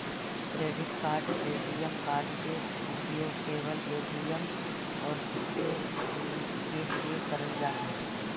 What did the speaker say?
Credit card ATM card के उपयोग केवल ए.टी.एम और किसके के लिए करल जा है?